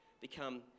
become